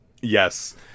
Yes